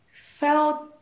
felt